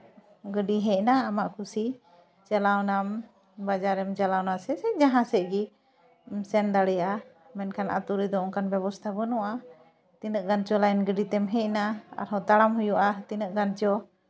ᱜᱟᱹᱰᱤ ᱦᱮᱡᱱᱟ ᱟᱢᱟᱜ ᱠᱩᱥᱤ ᱪᱟᱞᱟᱣᱱᱟᱢ ᱵᱟᱡᱟᱨᱮᱢ ᱪᱟᱞᱟᱣᱱᱟ ᱥᱮ ᱡᱟᱦᱟᱸ ᱥᱮᱫᱮᱜᱮ ᱥᱮᱱ ᱫᱟᱲᱮᱭᱟᱜᱼᱟ ᱢᱮᱱᱠᱷᱟᱱ ᱟᱹᱛᱩ ᱨᱮᱫᱚ ᱚᱱᱠᱟᱱ ᱵᱮᱵᱚᱥᱛᱷᱟ ᱵᱟᱹᱱᱩᱜᱼᱟ ᱛᱤᱱᱟᱹᱜ ᱜᱟᱱ ᱪᱚᱝ ᱞᱟᱹᱭᱤᱱ ᱜᱟᱹᱰᱤ ᱛᱮᱢ ᱦᱮᱡᱱᱟ ᱟᱨᱦᱚᱸ ᱛᱟᱲᱟᱢ ᱦᱩᱭᱩᱜᱼᱟ ᱛᱤᱱᱟᱹᱜ ᱜᱟᱱ ᱪᱚ